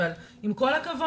אבל עם כל הכבוד,